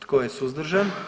Tko je suzdržan?